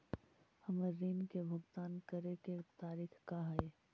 हमर ऋण के भुगतान करे के तारीख का हई?